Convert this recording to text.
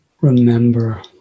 remember